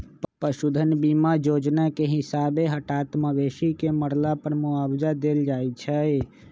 पशु धन बीमा जोजना के हिसाबे हटात मवेशी के मरला पर मुआवजा देल जाइ छइ